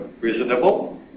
reasonable